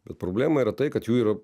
bet problema yra tai kad jų yra